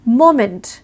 moment